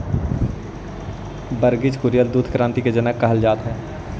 वर्गिस कुरियन के दुग्ध क्रान्ति के जनक कहल जात हई